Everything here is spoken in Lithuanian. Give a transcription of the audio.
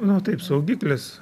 nu taip saugiklis